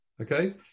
okay